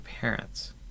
parents